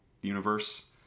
universe